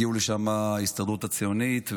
הגיעו לשם מההסתדרות הציונית,